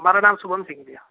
हमारा नाम सुभम सिंह है भैया